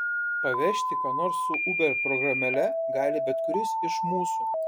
pavežti ką nors su uber programėle gali bet kuris iš mūsų